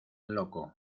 loco